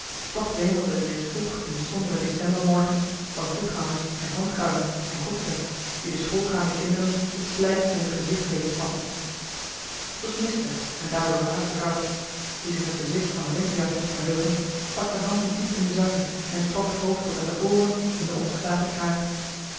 toch wemelde het reeds vroeg in den somberen decembermorgen van voetgangers en handkarren en koetsen die den schoolgaanden kinderen het slijk tot in t gezicht deden spatten t was mistig en daardoor waterkoud wie zich in t bezit van eene winterjas mocht verheugen stak de handen diep in de zakken en trok het hoofd tot aan de ooren in den opgeslagen kraag